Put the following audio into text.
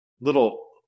Little